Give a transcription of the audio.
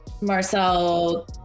Marcel